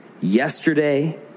yesterday